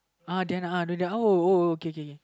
uh then uh after that oh oh oh okay okay okay